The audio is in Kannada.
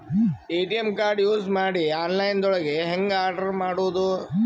ಎ.ಟಿ.ಎಂ ಕಾರ್ಡ್ ಯೂಸ್ ಮಾಡಿ ಆನ್ಲೈನ್ ದೊಳಗೆ ಹೆಂಗ್ ಆರ್ಡರ್ ಮಾಡುದು?